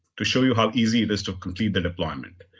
to show you how easy it is to complete the deployment.